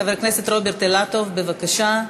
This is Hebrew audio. חבר הכנסת רוברט אילטוב, בבקשה.